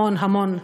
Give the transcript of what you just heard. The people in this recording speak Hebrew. המון המון,